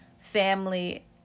family